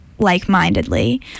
like-mindedly